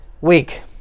week